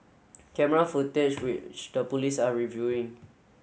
camera footage which the police are reviewing